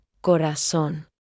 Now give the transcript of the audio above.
Corazón